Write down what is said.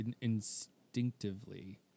instinctively